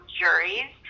juries